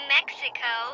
Mexico